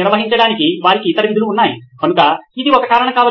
నిర్వహించడానికి వారికి ఇతర విధులు ఉన్నాయి కనుక ఇది ఒక కారణం కావచ్చు